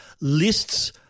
lists